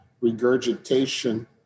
regurgitation